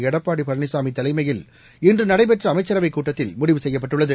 எடப்பாடிபழனிசாமிதலைமையில் இன்றுநடைபெற்றஅமைச்சரவைக் கூட்டத்தில் முடிவு செய்யப்பட்டுள்ளது